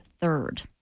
third